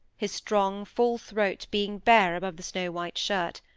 his strong full throat being bare above the snow-white shirt.